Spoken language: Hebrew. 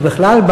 ובכלל,